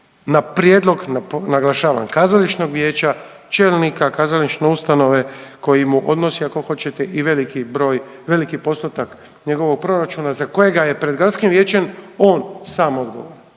na prijedlog, naglašavam kazališnog vijeća, čelnika kazališne ustanove koji mu odnosi ako hoćete i veliki broj, veliki postotak njegovog proračuna za kojega je pred gradskim vijećem on sam odgovoran.